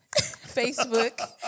Facebook